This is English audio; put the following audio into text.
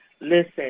Listen